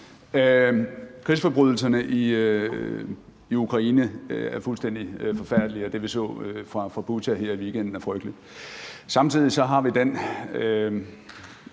Krigsforbrydelserne i Ukraine er fuldstændig forfærdelige, og det, vi så fra Butja her i weekenden, er frygteligt. Samtidig har vi den